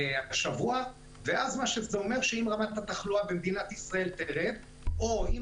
השבוע וזה אומר שאם רמת התחלואה במדינת ישראל תרד או אם